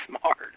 smart